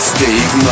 Steve